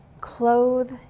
clothe